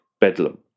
Bedlam